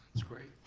that's great,